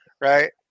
right